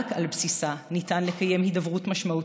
רק על בסיסה ניתן לקיים הידברות משמעותית.